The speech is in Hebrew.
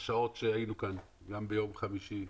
אחרי כל השעות שהיינו כאן בנושא הזה,